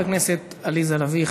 לחברת הכנסת עליזה לביא.